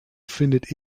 findet